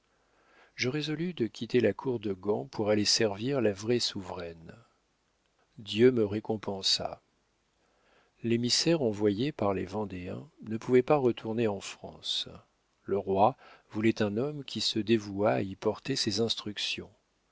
je résolus de quitter la cour de gand pour aller servir la vraie souveraine dieu me récompensa l'émissaire envoyé par les vendéens ne pouvait pas retourner en france le roi voulait un homme qui se dévouât à y porter ses instructions